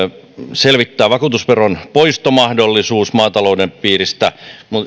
selvittää vakuutusveron poistomahdollisuus maatalouden piiristä